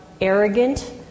arrogant